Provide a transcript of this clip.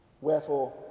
Wherefore